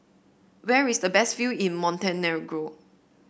where is the best view in Montenegro